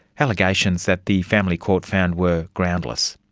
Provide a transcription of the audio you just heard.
allegations that the family court found were groundless.